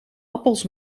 appels